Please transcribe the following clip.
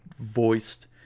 voiced